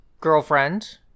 girlfriend